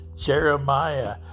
Jeremiah